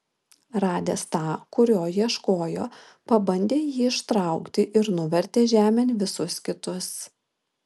radęs tą kurio ieškojo pabandė jį ištraukti ir nuvertė žemėn visus kitus